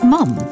Mom